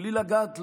בלי לגעת,